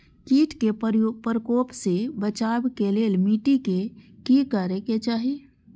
किट के प्रकोप से बचाव के लेल मिटी के कि करे के चाही?